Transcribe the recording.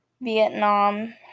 Vietnam